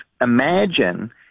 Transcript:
Imagine